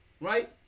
right